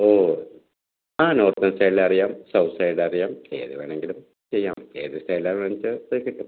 ഓ ആ നോർത്ത് സ്റ്റൈലിൽ അറിയാം സൌത്ത് സ്റ്റൈലിൽ അറിയാം ഏത് വേണമെങ്കിലും ചെയ്യാം ഏത് സ്റ്റൈലാണ് വേണമെന്ന് വച്ചാൽ അത് കിട്ടും